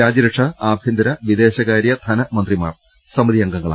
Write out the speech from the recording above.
രാജ്യരക്ഷാ ആഭ്യന്തര വിദേശകാര്യ ധന മന്ത്രിമാർ സമിതിയിൽ അംഗങ്ങളാണ്